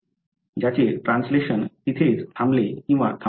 त्याचे ट्रान्सलेशन तिथेच बांधले किंवा थांबवले जाते